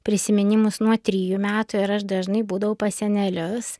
prisiminimus nuo trijų metų ir aš dažnai būdavau pas senelius